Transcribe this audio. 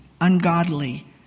ungodly